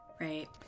Right